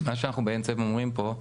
מה שאנחנו אומרים פה,